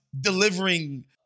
delivering